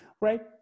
Right